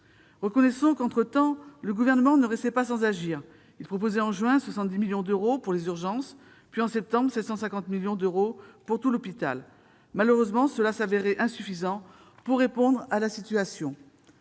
Reconnaissons qu'entre-temps le Gouvernement n'est pas resté sans agir : il a proposé, en juin, 70 millions d'euros pour les urgences, puis, en septembre, 750 millions d'euros pour tout l'hôpital. Malheureusement, cela s'est avéré insuffisant pour remédier à la situation.